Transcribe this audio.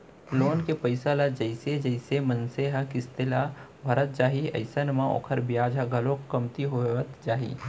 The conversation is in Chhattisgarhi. लोन के पइसा ल जइसे जइसे मनसे ह किस्ती ल भरत जाही अइसन म ओखर बियाज ह घलोक कमती होवत जाही